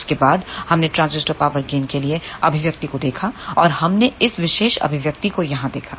उसके बाद हमने ट्रांसड्यूसर पावर गेन के लिए अभिव्यक्ति को देखा और हमने इस विशेष अभिव्यक्ति को यहां देखा